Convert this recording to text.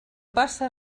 passa